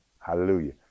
Hallelujah